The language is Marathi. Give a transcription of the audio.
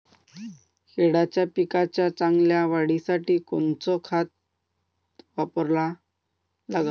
केळाच्या पिकाच्या चांगल्या वाढीसाठी कोनचं खत वापरा लागन?